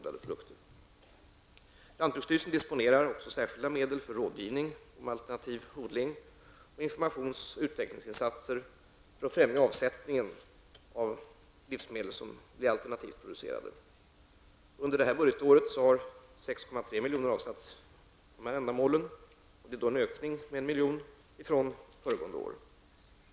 Lantbruksstyrelsen disponerar också särskilda medel för rådgivning om alternativ odling samt informations och utvecklingsinsatser för att främja avsättningen av alternativt producerade livsmedel. avsatts för dessa ändamål, vilket är en ökning med 1,0 milj.kr. från det föregående året.